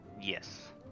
Yes